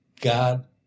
God